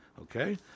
okay